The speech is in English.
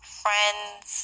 friends